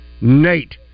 Nate